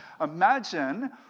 Imagine